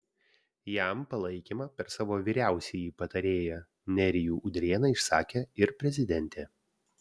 jam palaikymą per savo vyriausiąjį patarėją nerijų udrėną išsakė ir prezidentė